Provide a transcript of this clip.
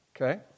Okay